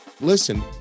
Listen